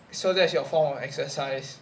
so that's your form of exercise